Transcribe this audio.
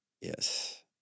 Yes